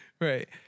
right